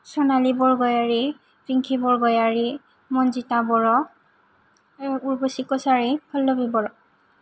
Sanali Bargayary Pinki Bargayary Manjita Boro Urvashi Kachari Pallabi Bodo